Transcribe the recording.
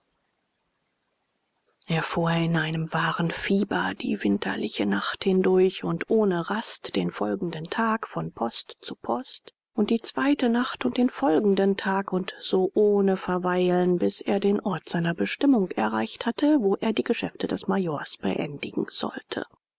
er fuhr in einem wahren fieber die winterliche nacht hindurch und ohne rast den folgenden tag von post zu post und die zweite nacht und den folgenden tag und so ohne verweilen bis er den ort seiner bestimmung erreicht hatte wo er die geschäfte des majors beendigen sollte